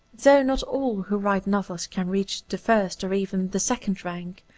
though not all who write novels can reach the first, or even the second, rank,